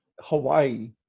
Hawaii